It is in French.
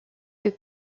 que